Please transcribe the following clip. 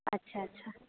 اچھا اچھا